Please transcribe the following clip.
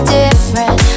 different